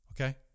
Okay